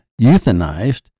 euthanized